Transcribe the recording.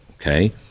okay